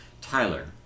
Tyler